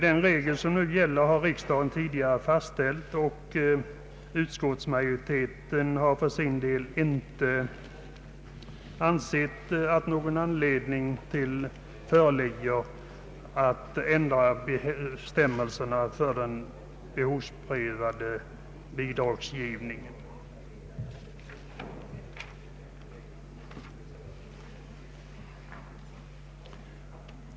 Den regel som nu gäller har tidigare fastställts av riksdagen, och utskottsmajoriteten har för sin del inte funnit anledning att föreslå någon ändring av nuvarande bestämmelser för den behovsprövade bidragsgivningen.